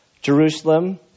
Jerusalem